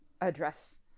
address